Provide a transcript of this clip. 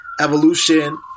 Evolution